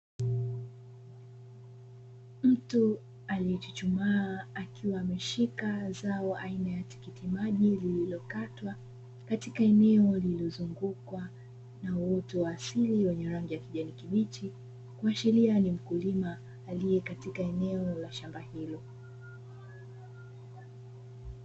Mtu aliyejichuchumaa akiwa ameshika zao aina ya tikiti maji lililokatwa katika eneo lililozunguka na uoto wa asili wenye rangi ya kijani kibichi, kuashiria ni mkulima aliye katika eneo la shamba hilo.